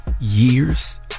years